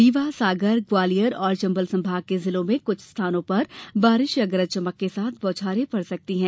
रीवा सागर ग्वालियर और चंबल संभाग के जिलों में कुछ स्थानों पर बारिश या गरज चमक के साथ बौछारें पड़ सकती है